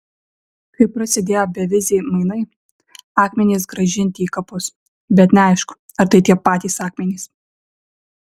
kai prasidėjo beviziai mainai akmenys grąžinti į kapus bet neaišku ar tai tie patys akmenys